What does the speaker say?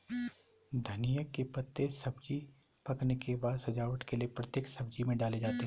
धनिया के पत्ते सब्जी पकने के बाद सजावट के लिए प्रत्येक सब्जी में डाले जाते हैं